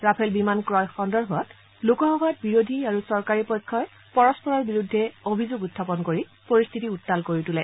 Rafale বিমান ক্ৰয় সন্দৰ্ভত লোকসভাত বিৰোধী আৰু চৰকাৰী পক্ষই পৰস্পৰৰ বিৰুদ্ধে অভিযোগ উখাপন কৰি পৰিস্থিতি উত্তাল কৰি তোলে